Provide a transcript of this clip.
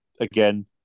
again